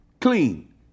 clean